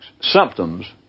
symptoms